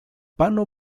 pano